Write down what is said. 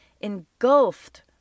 engulfed